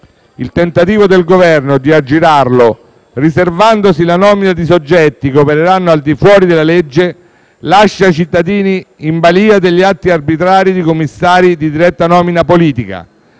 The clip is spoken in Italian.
il tentativo del Governo di aggirarlo, riservandosi la nomina di soggetti che opereranno al di fuori della legge, lascia i cittadini in balia degli atti arbitrari di commissari di diretta nomina politica,